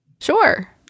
Sure